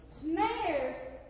Snares